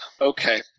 okay